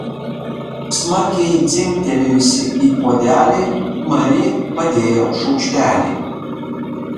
smarkiai dzingtelėjusi į puodelį mari padėjo šaukštelį